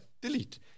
delete